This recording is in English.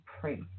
pray